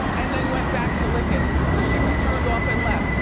and then went back to lickin', so she was turned off and left.